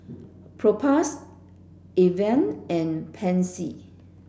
Propass Avene and Pansy